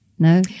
no